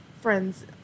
friends